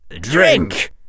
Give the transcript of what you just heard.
DRINK